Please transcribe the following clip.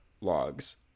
logs